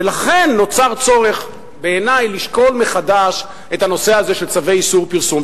ולכן נוצר צורך בעיני לשקול מחדש את הנושא הזה של צווי איסור פרסום,